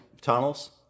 tunnels